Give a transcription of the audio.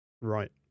Right